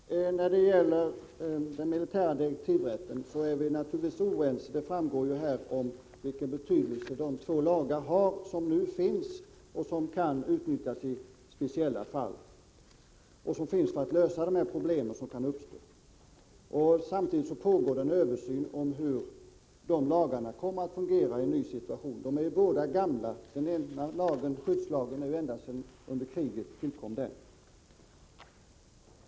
Herr talman! När det gäller den militära direktivrätten är vi naturligtvis oense. Det framgår ju vilken betydelse de två lagar har som nu gäller och som kan utnyttjas i speciella fall för att lösa de problem som eventuellt uppstår. Samtidigt pågår det en översyn av hur lagarna kommer att fungera i en ny situation. De är ju båda gamla. Den ena, skyddslagen, tillkom redan under andra världskriget.